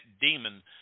demon